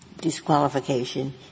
disqualification